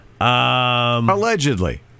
Allegedly